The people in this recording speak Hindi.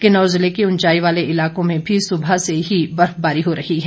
किन्नौर जिले के उंचाई वाले इलाकों में भी सुबह से ही बर्फबारी हो रही है